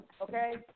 Okay